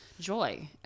joy